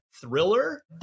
thriller